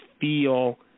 feel –